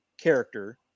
character